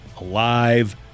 Alive